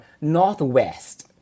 Northwest